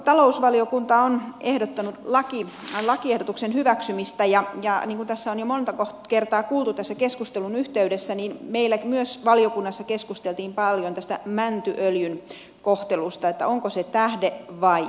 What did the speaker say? talousvaliokunta on ehdottanut lakiehdotuksen hyväksymistä ja niin kuin tässä keskustelun yhteydessä on jo monta kertaa kuultu niin meillä myös valiokunnassa keskusteltiin paljon tästä mäntyöljyn kohtelusta onko se tähde vai jäte